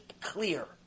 clear